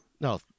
No